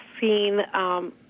seen